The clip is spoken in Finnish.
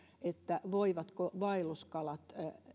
voivatko vaelluskalat